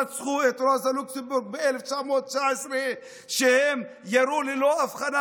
רצחו את רוזה לוקסמבורג ב-1919 כשהם ירו ללא הבחנה